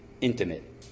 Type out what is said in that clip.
intimate